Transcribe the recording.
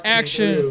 action